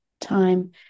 time